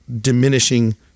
diminishing